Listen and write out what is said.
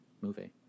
movie